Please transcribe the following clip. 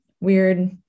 weird